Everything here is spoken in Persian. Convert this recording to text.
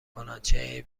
کنن، چه